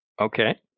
Okay